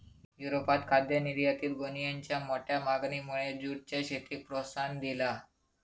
युरोपात खाद्य निर्यातीत गोणीयेंच्या मोठ्या मागणीमुळे जूटच्या शेतीक प्रोत्साहन दिला